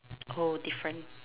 oh different